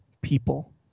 people